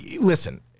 Listen